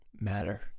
matter